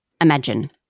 Imagine